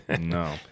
No